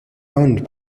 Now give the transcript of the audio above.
owned